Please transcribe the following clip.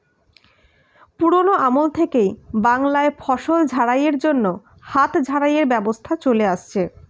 পুরোনো আমল থেকেই বাংলায় ফসল ঝাড়াই এর জন্য হাত ঝাড়াই এর ব্যবস্থা চলে আসছে